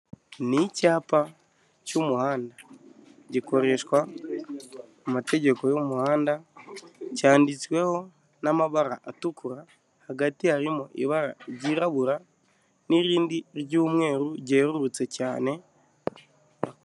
Ni icyapa cy'umuhanda gikoreshwa mu mategeko y'umuhanda, cyanditsweho n'amabara atukura, hagati harimo ibara ryirabura n'irindi ry'umweru ryerurutse cyane.